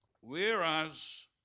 whereas